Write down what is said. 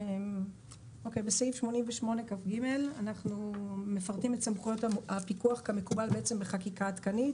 בסעיף 88כג אנחנו מפרטים את סמכויות הפיקוח כמקובל בחקיקה עדכנית.